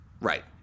Right